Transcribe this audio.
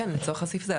כן, לצורך הסעיף זה.